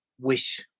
wish